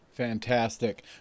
Fantastic